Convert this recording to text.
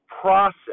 process